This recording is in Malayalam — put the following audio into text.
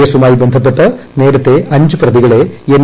കേസുമായി ബന്ധപ്പെട്ട് നേരത്തെ അഞ്ചു പ്രതികളെ എൻ